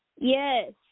Yes